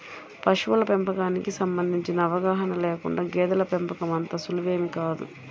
పశువుల పెంపకానికి సంబంధించిన అవగాహన లేకుండా గేదెల పెంపకం అంత సులువేమీ కాదు